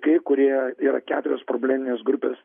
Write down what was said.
tie kurie yra keturios probleminės grupės